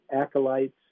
acolytes